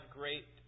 great